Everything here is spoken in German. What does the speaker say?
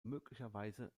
möglicherweise